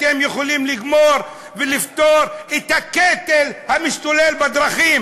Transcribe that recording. אתם יכולים לגמור ולפתור את הקטל המשתולל בדרכים,